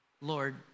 Lord